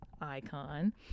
icon